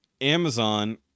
amazon